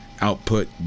output